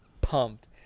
pumped